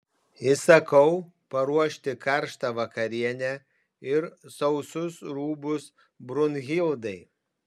įsakau paruošti karštą vakarienę ir sausus rūbus brunhildai